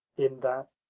in that,